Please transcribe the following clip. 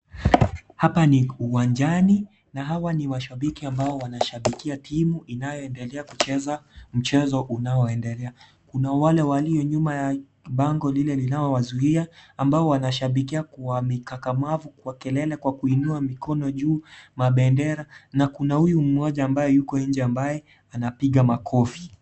Hapa ni uwanjani, na hawa ni mashabiki ambao wanashabikia timu inayoendelea kucheza mchezo unaoendelea, kuna wale walio nyuma ya bango lile linalo wazuia ambao wanashabikia kwa mikakamavu, kwa kelele, kwa kuinua mikono juu, mabendera na kuna huyu mmoja ambaye yuko nje ambaye anapiga makofi.